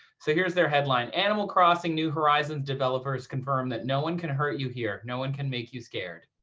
so here's their headline. animal crossing new horizons developers confirm that no one can hurt you here, no one can make you scared.